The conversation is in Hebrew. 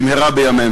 במהרה בימינו.